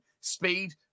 speed